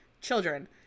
children